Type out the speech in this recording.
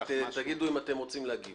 תגידו אם אתם רוצים להגיב.